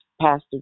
Pastor